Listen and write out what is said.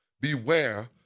beware